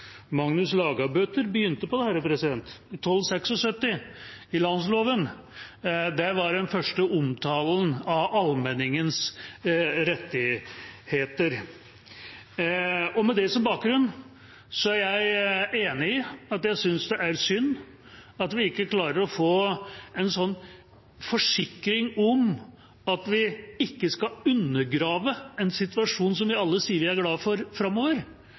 på i forrige stortingsperiode. Magnus Lagabøte begynte på dette: I 1276, i Landsloven, var den første omtalen av allmenningens rettigheter. Med det som bakgrunn er jeg enig i at det er synd at vi ikke klarer å få en forsikring om at vi ikke skal undergrave en situasjon som vi alle sier vi er glad for, framover,